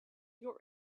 your